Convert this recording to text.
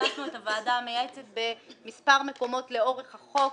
הכנסנו את הוועדה המייעצת במספר מקומות לאורך החוק,